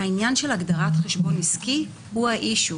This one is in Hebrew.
העניין של הגדרת חשבון עסקי הוא האישיו.